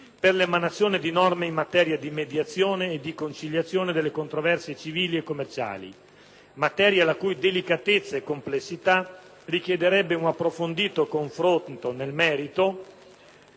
per l'emanazione di norme in materia di mediazione e di conciliazione delle controversie civili e commerciali; materia la cui delicatezza e complessità richiederebbe un approfondito confronto nel merito,